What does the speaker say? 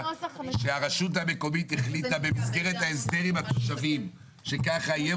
שהרשות המקומית החליטה במסגרת ההסדר עם התושבים שכך יהיה.